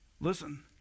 Listen